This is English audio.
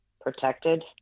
protected